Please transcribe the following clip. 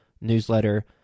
newsletter